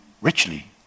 richly